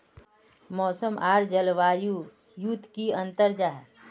मौसम आर जलवायु युत की अंतर जाहा?